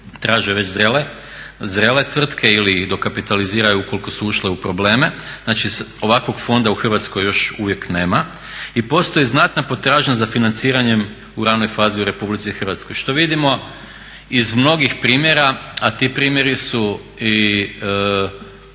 traže već zrele tvrtke ili dokapitaliziraju ukoliko su ušle u probleme. Znači ovakvog fonda u Hrvatskoj još uvijek nema. I postoji znatna potražnja za financiranjem u ranoj fazi u RH, što vidimo iz mnogih primjera, a ti primjeri su i